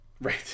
right